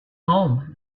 home